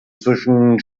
zwischen